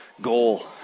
goal